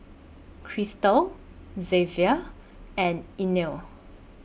Kristal Xzavier and Inell